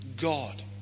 God